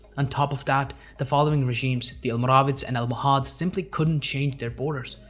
on top of that, the following regimes, the almoravids and almohad simply couldn't change their borders.